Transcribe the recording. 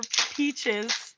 peaches